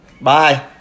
Bye